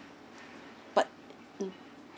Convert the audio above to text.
but mm